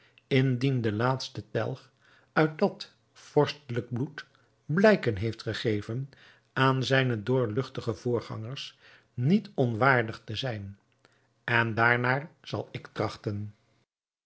indien de laatste telg uit dat vorstelijk bloed blijken heeft gegeven aan zijne doorluchtige voorgangers niet onwaardig te zijn en daarnaar zal ik trachten